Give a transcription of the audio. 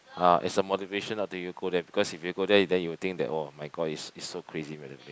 ah it's a motivation not to you there cause if you go there then you will think oh my god it's it's so crazy by the place